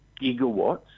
gigawatts